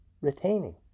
retaining